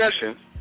discussion